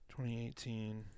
2018